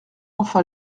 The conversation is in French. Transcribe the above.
enfin